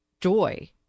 joy